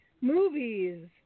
movies